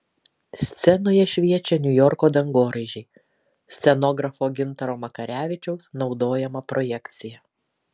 scenoje šviečia niujorko dangoraižiai scenografo gintaro makarevičiaus naudojama projekcija